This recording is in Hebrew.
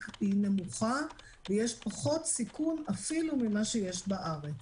נמוכה ויש פחות סיכון אפילו ממה שיש בארץ.